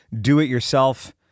do-it-yourself